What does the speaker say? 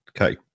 Okay